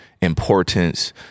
importance